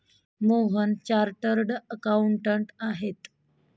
Mohan chartered accountant आहेत